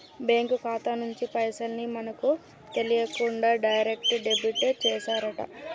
bank ఖాతా నుంచి పైసల్ ని మనకు తెలియకుండా డైరెక్ట్ డెబిట్ చేశారట